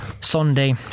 Sunday